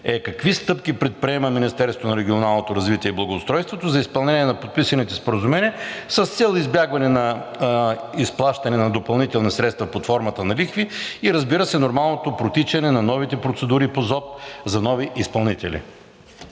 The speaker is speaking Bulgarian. развитие и благоустройството за изпълнение на подписаните споразумения с цел избягване на изплащане на допълнителни средства под формата на лихви и разбира се, нормалното протичане на новите процедури по ЗОП за нови изпълнители?